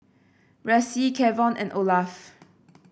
Ressie Kevon and Olaf